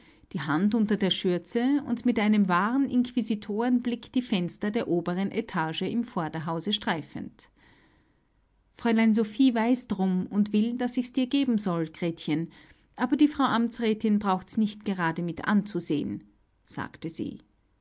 die hand unter der schürze und mit einem wahren inquisitorenblick die fenster der obersten etage im vorderhause streifend fräulein sophie weiß drum und will daß ich dir's geben soll gretchen aber die frau amtsrätin braucht's nicht gerade mit anzusehen sagte sie